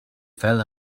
fell